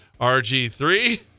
RG3